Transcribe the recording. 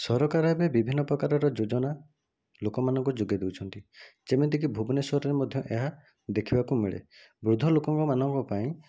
ସରକାର ଏବେ ବିଭିନ୍ନ ପ୍ରକାର ଯୋଜନା ଲୋକମାନଙ୍କୁ ଯୋଗାଇ ଦେଉଛନ୍ତି ଯେମିତିକି ଭୁବନେଶ୍ୱରରେ ମଧ୍ୟ ଏହା ଦେଖିବାକୁ ମିଳେ ବୃଦ୍ଧ ଲୋକମାନଙ୍କ ପାଇଁ